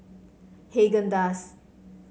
Haagen Dazs